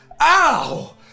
ow